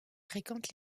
fréquente